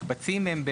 מקבצים הם,